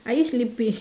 are you sleeping